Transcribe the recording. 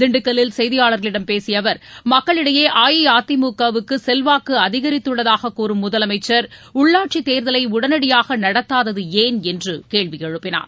திண்டுக்கல்லில் செய்தியாளர்களிடம் பேசிய அவர் மக்களிடையே அஇஅதிமுகவுக்கு செல்வாக்கு அதிகரித்துள்ளதாக கூறும் முதலமைச்சர் உள்ளாட்சித் தேர்தலை உடனடியாக நடத்தாதது ஏன் என்று கேள்வி எழுப்பினார்